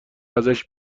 ازش